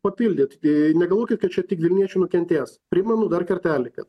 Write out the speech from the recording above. papildyt negalvokit kad čia tik vilniečiai nukentės primenu dar kartelį